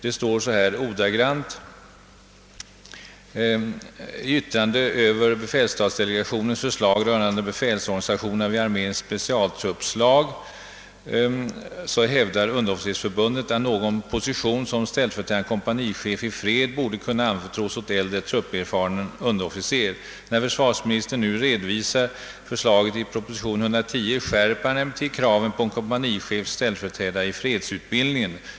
I artikeln heter det: I yttrandet över befälsdelegationens förslag »hävdade underofficersförbundet att någon position som stf kompanichef i fred borde kunna anförtros åt äldre trupperfaren underofficer. När försvarsministern nu redovisar BFD förslag i proposition nr 110 skärper han emellertid kraven på kompanichefs stf i fredsutbildningen.